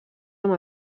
amb